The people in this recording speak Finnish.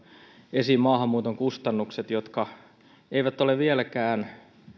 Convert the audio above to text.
esiin maahanmuuton kustannukset jotka eivät ole vieläkään